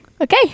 Okay